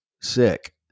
sick